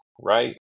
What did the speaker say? right